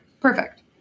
Perfect